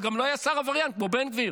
אבל גם לא היה שר עבריין כמו בן גביר,